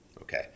okay